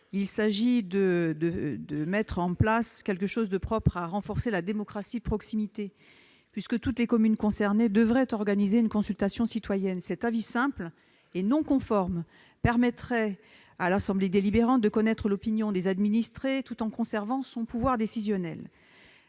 au travers de cet amendement est de nature à renforcer la démocratie de proximité, en obligeant toutes les communes concernées par une fusion à organiser une consultation citoyenne. Cet avis simple et non conforme permettrait à l'assemblée délibérante de connaître l'opinion des administrés, tout en conservant son pouvoir décisionnel.